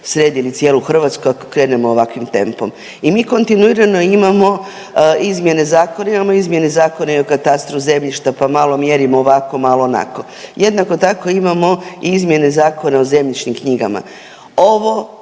sredili cijelu Hrvatsku ako krenemo ovakvim tempom. I mi kontinuirano imao izmjene zakona, imamo izmjene zakona i o katastru zemljišta pa malo mjerimo ovako, malo onako. Jednako tako imamo i izmjene zakona o zemljišnim knjigama. Ovo